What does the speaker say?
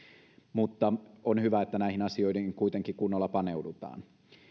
mutta on hyvä että näihin asioihin kuitenkin kunnolla paneudutaan